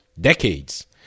decades